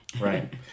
Right